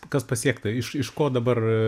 kas pasiekta iš iš ko dabar